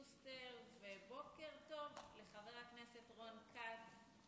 שוסטר, ובוקר טוב לחבר הכנסת רון כץ.